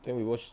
then we watched